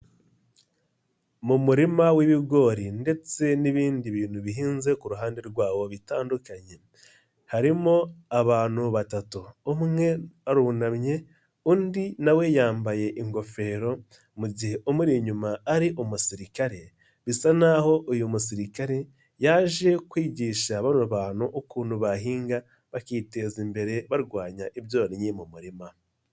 Mu murima w'ibigori ndetse n'ibindi bintu bihinze ku ruhande rwawo bitandukanye harimo abantu batatu, umwe arunamye undi nawe yambaye ingofero mu gihe umuri inyuma ari umusirikare, bisa naho uyu musirikare yaje kwigisha bano bantu ukuntu bahinga bakiteza imbere barwanya ibyonnyi mu murima.